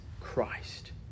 Christ